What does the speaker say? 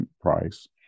price